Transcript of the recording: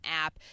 app